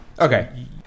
Okay